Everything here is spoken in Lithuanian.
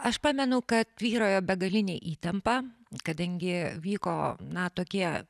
aš pamenu kad tvyrojo begalinė įtampa kadangi vyko na tokie